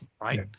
right